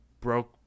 broke